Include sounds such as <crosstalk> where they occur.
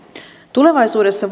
tulevaisuudessa <unintelligible>